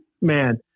man